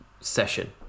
session